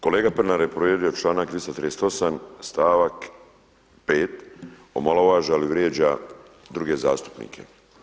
Kolega Pernar je povrijedio članak 338. stavak 5. omalovažava i vrijeđa druge zastupnike.